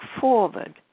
forward